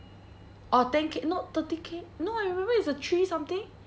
orh ten K not thirty K no I remember it's a three something